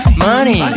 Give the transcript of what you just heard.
money